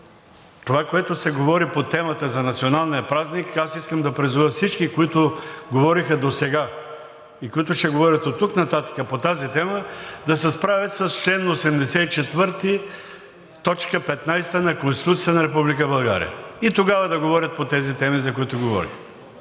това, което се говори по темата за Националния празник, аз искам да призова всички, които говориха досега и които ще говорят от тук нататък по тази тема, да се справят с чл. 84, т. 15 на Конституцията на Република България и тогава да говорят по тези теми, за които говорим.